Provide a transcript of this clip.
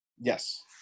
yes